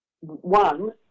one